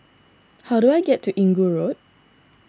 how do I get to Inggu Road